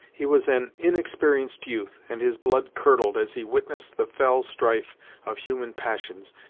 he was an inexperienced youth, and his blood curdled as he witnessed the fell strife of human passions,